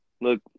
Look